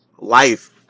Life